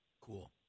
Cool